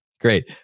Great